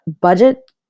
Budget